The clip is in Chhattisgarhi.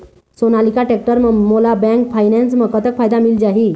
सोनालिका टेक्टर म मोला बैंक फाइनेंस म कतक फायदा मिल जाही?